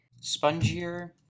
spongier